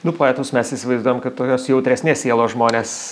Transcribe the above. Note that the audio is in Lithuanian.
nu poetus mes įsivaizduojam kaip tokios jautresnės sielos žmones